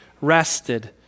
rested